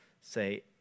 say